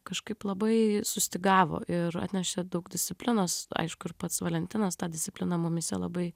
kažkaip labai sustygavo ir atnešė daug disciplinos aišku ir pats valentinas tą discipliną mumyse labai